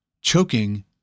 choking